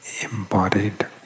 embodied